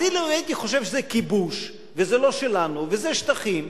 אז אם הייתי חושב שזה כיבוש וזה לא שלנו וזה שטחים,